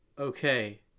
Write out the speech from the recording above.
Okay